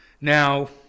Now